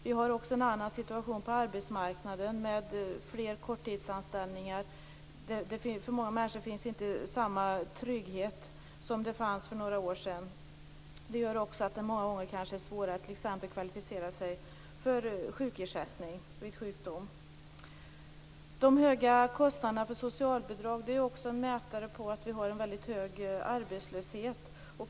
Vi har också en annan situation på arbetsmarknaden med fler korttidsanställningar. För många människor finns inte samma trygghet nu som för några år sedan. Det gör att det många gånger kan vara svårt att kvalificera sig för sjukersättning vid sjukdom. De höga kostnaderna för socialbidrag är också en mätare på att vi har en väldigt hög arbetslöshet.